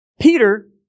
Peter